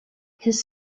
his